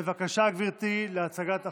בבקשה, גברתי, הצגת החוק.